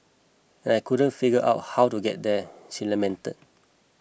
I couldn't figure out how to get there she lamented